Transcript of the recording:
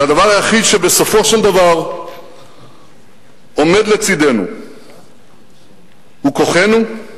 והדבר היחיד שבסופו של דבר עומד לצדנו הוא כוחנו,